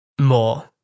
more